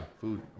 food